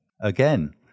Again